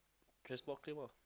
transport claim ah